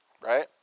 right